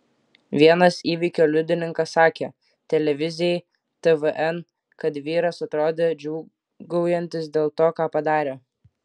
vienas įvykio liudininkas sakė televizijai tvn kad vyras atrodė džiūgaujantis dėl to ką padarė